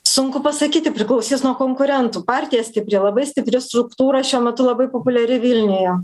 sunku pasakyti priklausys nuo konkurentų partija stipri labai stipri struktūra šiuo metu labai populiari vilniuje